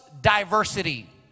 diversity